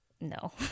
no